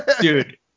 Dude